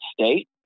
state